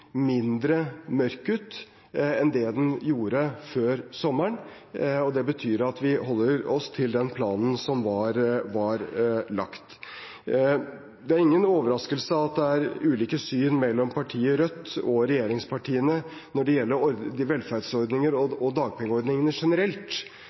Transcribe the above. mindre mørk ut enn den gjorde før sommeren. Det betyr at vi holder oss til den planen som var lagt. Det er ingen overraskelse at det er ulike syn mellom partiet Rødt og regjeringspartiene når det gjelder velferdsordninger